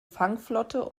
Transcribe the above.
fangflotte